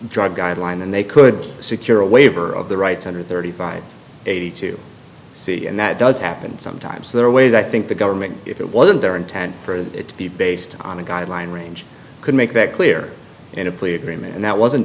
drug guideline and they could secure a waiver of the rights under thirty five eighty two c and that does happen sometimes there are ways i think the government if it wasn't their intent for it to be based on a guideline range could make that clear in a plea agreement and that wasn't